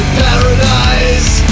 paradise